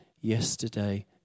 yesterday